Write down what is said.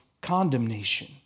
condemnation